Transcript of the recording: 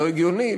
לא הגיוני,